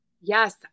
yes